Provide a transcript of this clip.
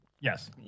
yes